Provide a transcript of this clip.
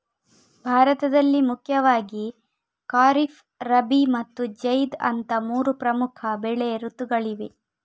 ಭಾರತದಲ್ಲಿ ಮುಖ್ಯವಾಗಿ ಖಾರಿಫ್, ರಬಿ ಮತ್ತು ಜೈದ್ ಅಂತ ಮೂರು ಪ್ರಮುಖ ಬೆಳೆ ಋತುಗಳಿವೆ